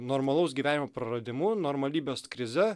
normalaus gyvenimo praradimu normalybės krize